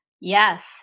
Yes